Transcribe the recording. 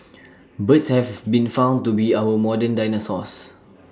birds have been found to be our modern dinosaurs